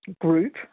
group